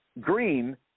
Green